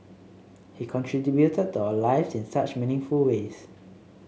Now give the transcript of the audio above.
he to our lives in such meaningful ways